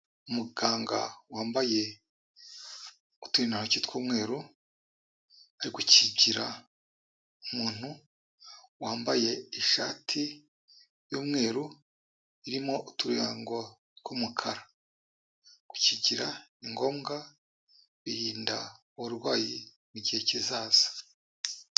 Umuganga wambaye uturindantoki tw'umweru, ari gukikira umuntu wambaye ishati y'umweru, irimo uturango tw'umukara, gukingira ni ngombwa, birinda uburwayi mu gihe kizaza.